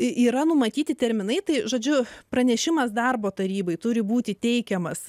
yra numatyti terminai tai žodžiu pranešimas darbo tarybai turi būti teikiamas